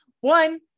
One